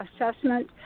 assessment